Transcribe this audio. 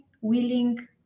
willing